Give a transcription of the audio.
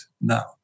now